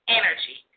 energy